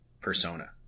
persona